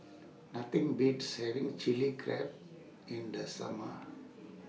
Nothing Beats having Chili Crab in The Summer